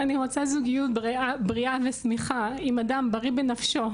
אני רוצה זוגיות בריאה ושמחה עם אדם בריא בנפשו,